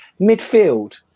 Midfield